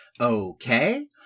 okay